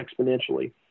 exponentially